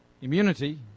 immunity